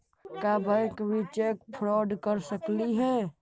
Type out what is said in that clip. का बैंक भी cheque fraud कर सकलई हे?